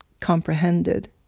comprehended